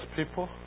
people